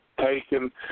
taken